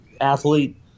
athlete